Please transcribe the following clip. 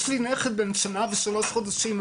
יש לי נכד בשנה ושלושה חודשים,